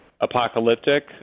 apocalyptic